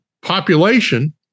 population